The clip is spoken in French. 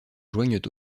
joignent